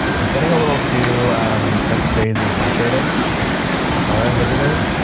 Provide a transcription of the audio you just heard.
it's getting a little too like crazy saturated with the color that it is.